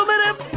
um it up!